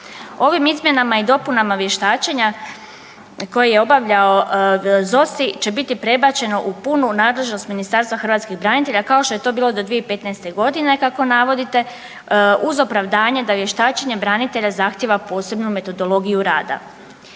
Ovim izmjenama i dopunama vještačenja koje je obavljao ZOSI će biti prebačeno u punu nadležnost Ministarstva hrvatskih branitelja kao što je to bilo do 2015. godine kako navodite uz opravdanje da vještačenje branitelja zahtjeva posebnu metodologiju rada.